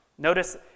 Notice